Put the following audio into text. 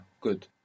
good